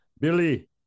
Billy